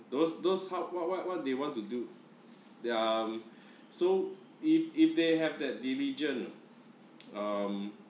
those those hard what what what they want to do they are so if if they have that diligent ah um